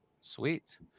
sweet